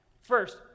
First